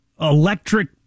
electric